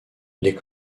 les